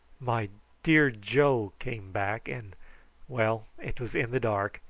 my dear joe! came back, and well, it was in the dark,